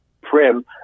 Prim